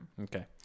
Okay